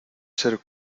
ser